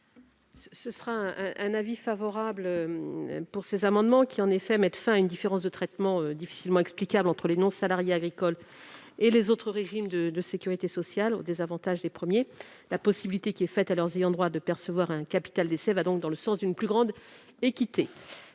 commission est favorable sur ces trois amendements, qui mettent fin à une différence de traitement difficilement explicable entre les non-salariés agricoles et les autres régimes de sécurité sociale, au désavantage des premiers. La possibilité qui est ouverte à leurs ayants droit de percevoir un capital décès va dans le sens d'une plus grande équité.